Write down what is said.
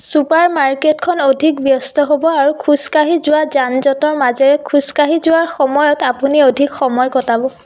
super মাৰ্কেটখন অধিক ব্যস্ত হ'ব আৰু খোজকাঢ়ি যোৱা যান জঁটৰ মাজেৰে খোজ কাঢ়ি যোৱাৰ সময়ত আপুনি অধিক সময় কটাব